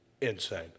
insane